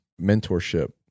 mentorship